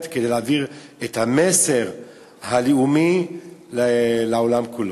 כדי להעביר את המסר הלאומי לעולם כולו.